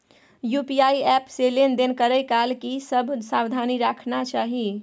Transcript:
UPI app से लेन देन करै काल की सब सावधानी राखना चाही?